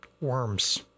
Worms